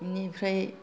बिनिफ्राय